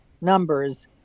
numbers